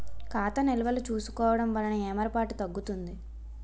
ఖాతా నిల్వలు చూసుకోవడం వలన ఏమరపాటు తగ్గుతుంది